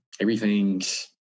everything's